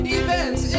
events